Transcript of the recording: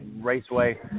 raceway